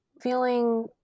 feeling